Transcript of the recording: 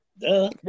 Duh